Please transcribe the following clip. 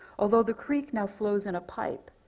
although the creek now flows in a pipe,